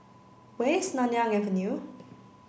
where is Nanyang Avenue